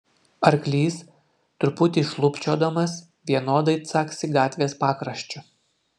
arklys truputį šlubčiodamas vienodai caksi gatvės pakraščiu